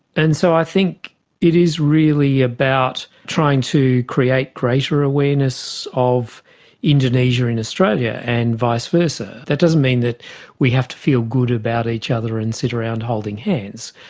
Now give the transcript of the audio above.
and so i think it is really about trying to create greater awareness of indonesia in australia and vice versa. that doesn't mean that we have to feel good about each other and sit around holding hands.